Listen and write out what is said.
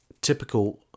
typical